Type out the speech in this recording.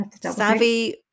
Savvy